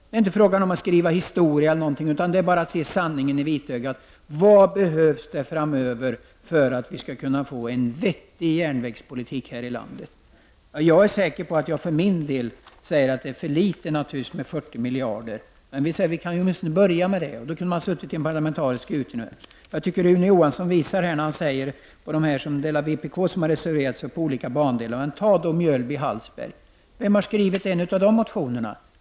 Det är inte fråga om att skriva historia, utan det är bara att se sanningen i vitögat: Vad behövs det framöver för att vi skall kunna få en vettig järnvägspolitik här i landet? För min del är jag säker på att 40 miljarder är för litet, men vi kan åtminstone börja med det. Och då kunde vi ha en parlamentarisk utredning. Rune Johansson kommenterade detta att en del av vänsterpartisterna har reserverat sig i fråga om olika bandelar. Men ta då bandelen Mjölby-Hallsberg. Vem har skrivit en av motionerna på denna punkt?